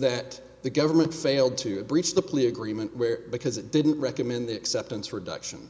that the government failed to breach the plea agreement where because it didn't recommend acceptance reduction